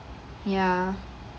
ya